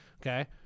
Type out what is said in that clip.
Okay